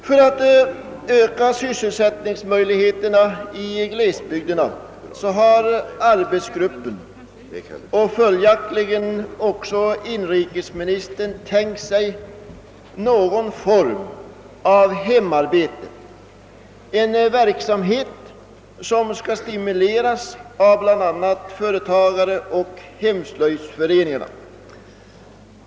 För att öka sysselsättningsmöjligheterna i glesbygderna har arbetsgruppen och följaktligen också inrikesministern tänkt sig någon form av hemarbete, en verksamhet som skall stimuleras av bl.a. företagareoch hemslöjdsföreningar.